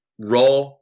Raw